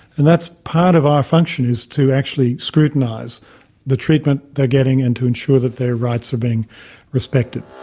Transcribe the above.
and that's part of our function, is to actually scrutinise the treatment they're getting and to ensure that their rights are being respected.